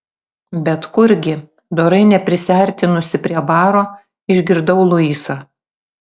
bet kurgi dorai neprisiartinusi prie baro išgirdau luisą